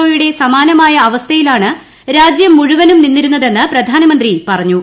ഒയുടെ സമാർമായി അവസ്ഥയിലാണ് രാജ്യം മുഴുവനും നിന്നിരുന്നതെന്ന് പ്രധാന്റ്മുന്തി പറഞ്ഞു